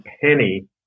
penny